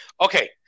okay